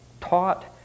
taught